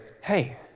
hey